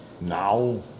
now